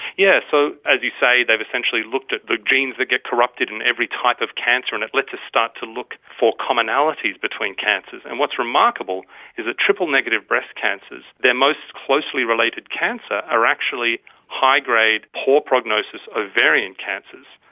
yes, so, as you say, they've essentially looked at the genes that get corrupted in every type of cancer, and it lets us starts to look for commonalities between cancers. and what's remarkable is that triple-negative breast cancers, their most closely related cancer are actually high grade, poor prognosis ovarian cancers.